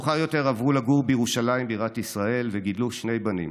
מאוחר יותר עברו לגור בירושלים בירת ישראל וגידלו שני בנים,